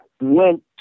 went